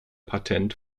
patent